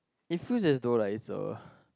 it fuse it's door like is a